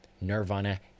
Nirvana